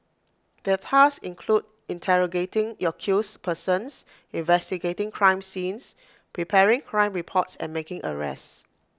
their tasks included interrogating accused persons investigating crime scenes preparing crime reports and making arrests